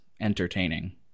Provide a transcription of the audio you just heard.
entertaining